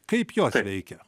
kaip jos veikia